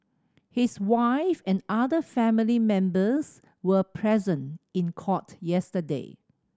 his wife and other family members were present in court yesterday